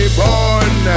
born